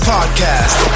Podcast